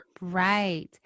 Right